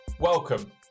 Welcome